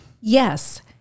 Yes